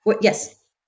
yes